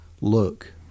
look